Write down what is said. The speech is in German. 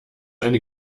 eine